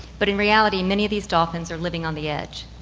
but in reality many of these dolphins are living on the edge.